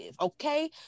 okay